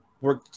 work